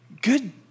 Good